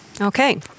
Okay